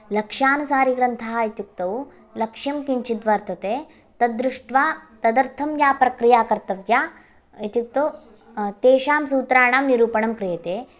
लक्ष्यानुसारिग्रन्थाः इत्युक्तौ लक्ष्यं किञ्चिद्वर्तते तद्दृष्ट्वा तदर्थं या प्रक्रिया कर्तव्या इत्युक्तौ तेषां सूत्राणां निरूपणं क्रियते